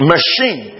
Machine